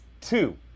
two